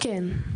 כן.